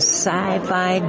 Sci-Fi